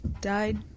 Died